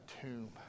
tomb